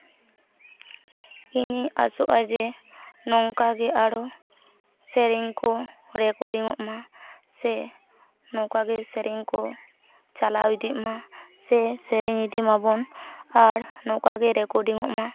ᱤᱧᱤᱧ ᱟᱥᱚᱜᱼᱟ ᱡᱮ ᱱᱚᱝᱠᱟ ᱜᱮ ᱟᱨᱚ ᱥᱮᱨᱮᱧ ᱠᱚ ᱨᱮᱠᱨᱰᱤᱝᱚᱜᱼᱢᱟ ᱥᱮ ᱱᱚᱝᱠᱟᱜᱮ ᱥᱮᱨᱮᱧ ᱠᱚ ᱪᱟᱞᱟᱣ ᱤᱫᱤᱜ ᱢᱟ ᱥᱮ ᱥᱮᱨᱮᱧ ᱤᱫᱤ ᱢᱟᱵᱚᱱ ᱟᱨ ᱱᱚᱝᱠᱟ ᱜᱮ ᱨᱮᱠᱚᱨᱰᱤᱝᱚᱜᱼᱢᱟ